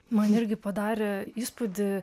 man irgi padarė įspūdį